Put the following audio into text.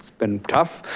been tough.